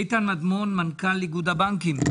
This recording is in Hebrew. איתן מדמון, מנכ"ל איגוד הבנקים.